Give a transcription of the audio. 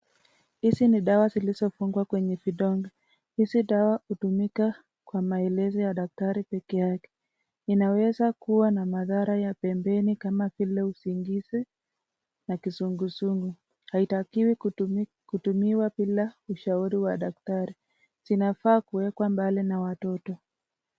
Hizi ni dawa zilizofungua kwenye vidonge, hizi dawa hutumika kwa maelezo ya dakitari peke yake. Inaweza kuwa na madhara ya pembeni kama vile usinginzi na kizunguzungu haitakiwi kutumiwa bila ushauri wa dakitari zinafaa kuekwa mbali na watoto.